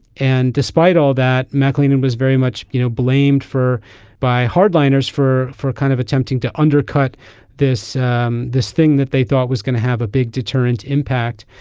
and despite all that mescaline and was very much you know blamed for by hardliners for for kind of attempting to undercut undercut this um this thing that they thought was going to have a big deterrent impact.